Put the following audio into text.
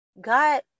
God